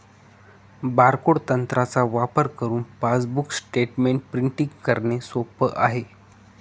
barcode तंत्राचा वापर करुन पासबुक स्टेटमेंट प्रिंटिंग करणे सोप आहे